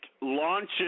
launches